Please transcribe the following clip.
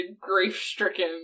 grief-stricken